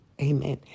Amen